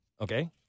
Okay